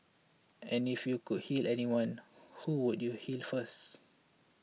and if you could heal anyone who would you heal first